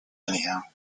anyhow